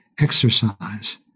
exercise